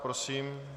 Prosím.